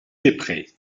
desprez